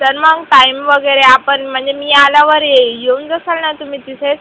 तर मग टाईम वगैरे आपण म्हणजे मी आल्यावर ये येऊन जाशाल ना तुम्ही तिथे